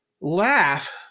laugh